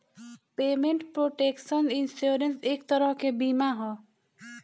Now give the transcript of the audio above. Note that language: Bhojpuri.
पेमेंट प्रोटेक्शन इंश्योरेंस एक तरह के बीमा ह